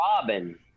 Robin